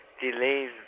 delays